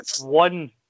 one